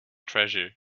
treasure